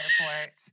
airport